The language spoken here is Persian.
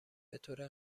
بطور